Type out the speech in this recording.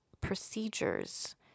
procedures